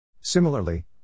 Similarly